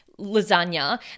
lasagna